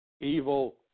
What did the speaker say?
evil